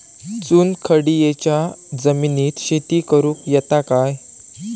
चुनखडीयेच्या जमिनीत शेती करुक येता काय?